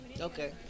Okay